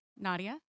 Nadia